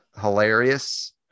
hilarious